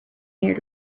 here